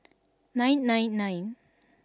nine nine nine